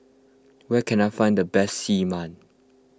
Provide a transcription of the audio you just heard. where can I find the best Xi